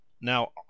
Now